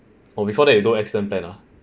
oh before that you don't accident plan ah